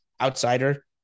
outsider